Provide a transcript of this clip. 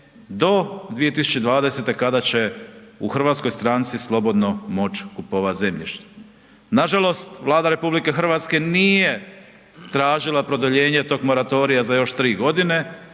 do 2020. kada će u RH stranci slobodno moć kupovat zemljište. Nažalost, Vlada RH nije tražila produljenje tog moratorija za još 3.g. i